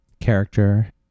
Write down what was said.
character